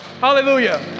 hallelujah